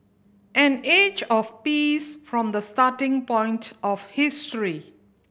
an age of peace from the starting point of history